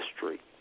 history